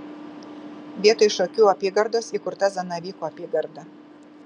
vietoj šakių apygardos įkurta zanavykų apygarda